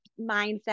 mindset